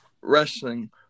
wrestling